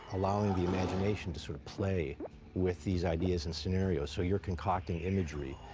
allowing the imagination to sort of play with these ideas and scenarios, so you're concocting imagery.